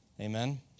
Amen